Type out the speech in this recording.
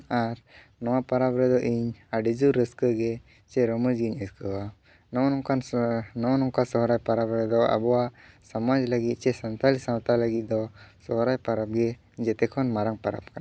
ᱟᱨ ᱱᱚᱣᱟ ᱯᱟᱨᱟᱵᱽ ᱨᱮᱫᱚ ᱤᱧ ᱟᱹᱰᱤ ᱡᱳᱨ ᱨᱟᱹᱥᱠᱟᱹ ᱜᱮ ᱥᱮ ᱨᱚᱢᱚᱡᱽᱜᱤᱧ ᱟᱹᱭᱠᱟᱹᱣᱟ ᱱᱚᱜ ᱚ ᱱᱚᱝᱠᱟᱱ ᱥᱚᱦ ᱱᱚᱜ ᱚ ᱱᱚᱝᱠᱟᱱ ᱥᱚᱦᱨᱟᱭ ᱯᱟᱨᱟᱵᱽ ᱨᱮᱫᱚ ᱟᱵᱚᱣᱟᱜ ᱥᱚᱢᱟᱡᱽ ᱞᱟᱜᱤᱫ ᱥᱟᱱᱛᱟᱞᱤ ᱥᱟᱶᱛᱟ ᱞᱟᱹᱜᱤᱫ ᱫᱚ ᱥᱚᱦᱨᱟᱭ ᱯᱟᱨᱟᱵᱽ ᱜᱮ ᱡᱮᱛᱮᱠᱷᱚᱱ ᱢᱟᱨᱟᱝ ᱯᱟᱨᱟᱵ ᱠᱟᱱᱟ